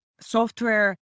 software